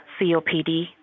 COPD